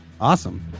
Awesome